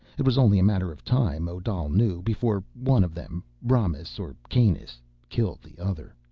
it was only a matter of time, odal knew, before one of them romis or kanus killed the other.